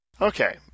Okay